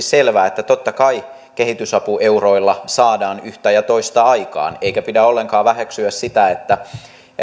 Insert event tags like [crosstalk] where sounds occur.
[unintelligible] selvää että totta kai kehitysapueuroilla saadaan yhtä ja toista aikaan eikä pidä ollenkaan väheksyä